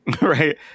right